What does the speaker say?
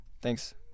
thanks